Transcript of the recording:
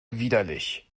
widerlich